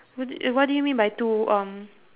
what d~ what do you mean by two um